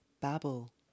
babble